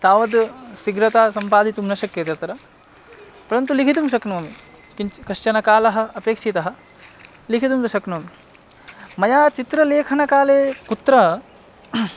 तावत् शीघ्रता सम्पादितुं न शक्यते अत्र परन्तु लिखितुं शक्नोमि किञ्च कश्चनकालः अपेक्षितः लिखितुं न शक्नोमि मया चित्रलेखनकाले कुत्र